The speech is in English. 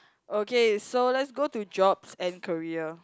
okay so let's go to jobs and career